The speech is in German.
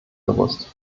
gewusst